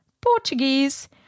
Portuguese